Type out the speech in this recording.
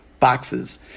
boxes